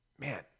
man